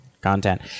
content